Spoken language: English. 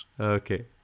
okay